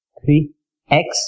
3x